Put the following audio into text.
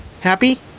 Happy